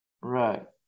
Right